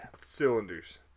Cylinders